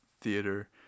theater